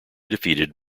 defeated